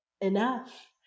Enough